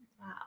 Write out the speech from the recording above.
Wow